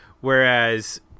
Whereas